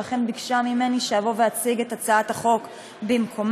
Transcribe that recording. ולכן ביקשה ממני שאבוא ואציג את הצעת החוק במקומה.